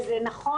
וזה נכון.